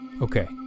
Okay